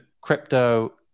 crypto